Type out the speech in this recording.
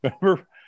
Remember